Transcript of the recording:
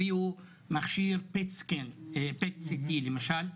הביאו מכשיר PET-CT למשל,